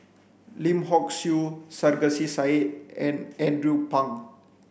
Lim Hock Siew Sarkasi Said and Andrew Phang